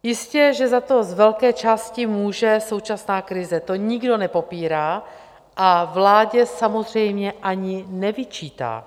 Jistě že za to z velké části může současná krize, to nikdo nepopírá a vládě samozřejmě ani nevyčítá.